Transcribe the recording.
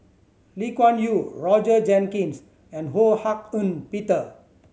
Lee Kuan Yew Roger Jenkins and Ho Hak Ean Peter